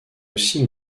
aussi